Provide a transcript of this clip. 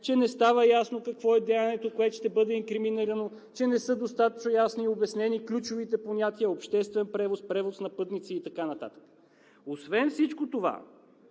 че не става ясно какво е деянието, което ще бъде инкриминирано, че не са достатъчно ясно обяснени ключовите понятия „обществен превоз“, „превоз на пътници“ и така нататък. Освен всичко това,